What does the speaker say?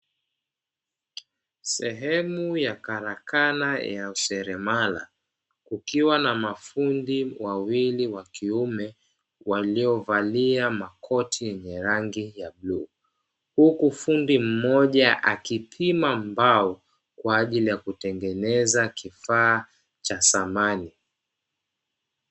Sehemu ya karakana ya useremala kukiwa na mafundi wawili wakiume waliovalia makoti yenye rangi ya bluu, huku fundi mmoja akipima mbao kwa ajili ya kutengeneza kifaa cha samani.